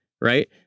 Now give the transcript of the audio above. right